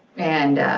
and